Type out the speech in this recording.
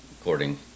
according